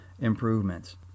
improvements